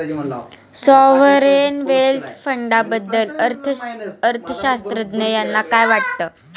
Sovereign wealth फंडाबद्दल अर्थअर्थशास्त्रज्ञ यांना काय वाटतं?